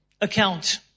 account